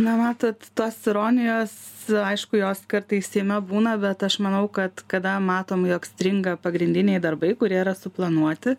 na matot tos ironijos aišku jos kartais seime būna bet aš manau kad kada matom jog stringa pagrindiniai darbai kurie yra suplanuoti